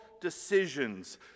decisions